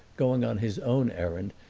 going on his own errand,